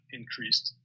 increased